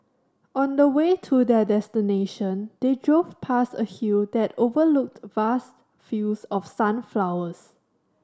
on the way to their destination they drove past a hill that overlooked vast fields of sunflowers